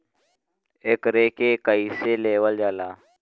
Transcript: एकरके कईसे लेवल जाला?